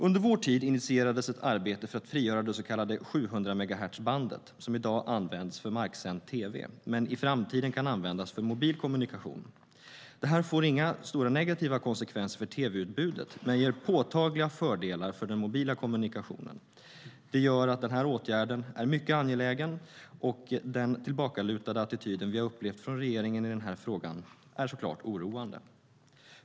Under vår tid initierades ett arbete för att frigöra det så kallade 700-megahertzbandet som i dag används för marksänd tv men som i framtiden kan användas för mobil kommunikation. Detta får inga stora negativa effekter för tv-utbudet, men ger påtagliga fördelar för den mobila kommunikationen. Det gör att denna åtgärd är mycket angelägen, och den tillbakalutade attityd vi har upplevt från regeringen i denna fråga är såklart oroande.